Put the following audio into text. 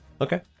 Okay